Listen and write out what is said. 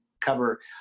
cover